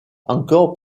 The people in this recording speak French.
encore